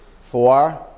Four